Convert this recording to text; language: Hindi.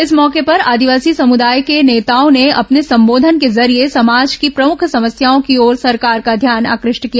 इस मौके पर आदिवासी समूदाय के नेताओं ने अपने संबोधन के जरिये समाज की प्रमुख समस्याओं की ओर सरकार का ध्यान आकृष्ट किया